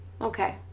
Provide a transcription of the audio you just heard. Okay